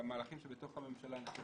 המהלכים שבתוך הממשלה,